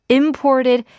imported